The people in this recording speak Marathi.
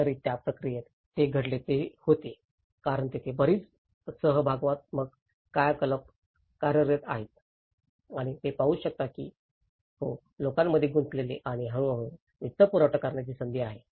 तर त्या प्रक्रियेत जे घडले ते होते कारण तेथे बरीच सहभागात्मक क्रियाकलाप कार्यरत आहेत आणि ते पाहू शकतात की हो लोकांमध्ये गुंतलेले आहे आणि हळूहळू वित्तपुरवठा करण्याची संधी आहे